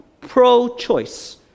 Pro-choice